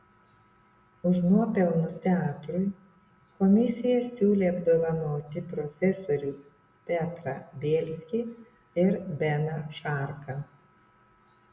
už nuopelnus teatrui komisija siūlė apdovanoti profesorių petrą bielskį ir beną šarką